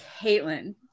Caitlin